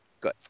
Good